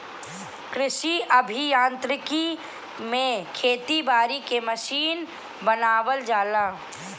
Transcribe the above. कृषि अभियांत्रिकी में खेती बारी के मशीन बनावल जाला